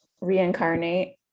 reincarnate